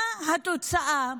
מה התוצאה?